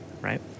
right